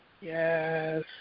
Yes